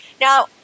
Now